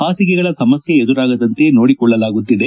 ಹಾಸಿಗೆಗಳ ಸಮಸ್ನೆ ಎದುರಾಗದಂತೆ ನೋಡಿಕೊಳ್ಳಲಾಗುತ್ತಿದೆ